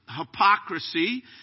hypocrisy